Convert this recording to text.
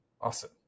Awesome